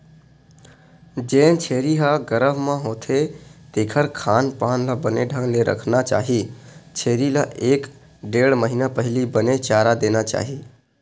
जेन छेरी ह गरभ म होथे तेखर खान पान ल बने ढंग ले रखना चाही छेरी ल एक ढ़ेड़ महिना पहिली बने चारा देना चाही